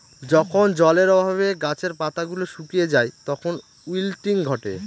যখন জলের অভাবে গাছের পাতা গুলো শুকিয়ে যায় তখন উইল্টিং ঘটে